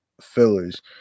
fillers